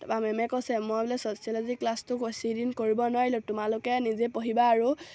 তাৰপৰা মেমে কৈছে মই বোলে ছ'চিয়লজি ক্লাছটো বেছিদিন কৰিব নোৱাৰিলোঁ তোমালোকে নিজে পঢ়িবা আৰু